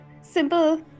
simple